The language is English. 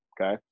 okay